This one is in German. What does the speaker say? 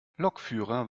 lokführer